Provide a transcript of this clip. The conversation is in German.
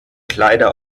kleider